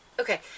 Okay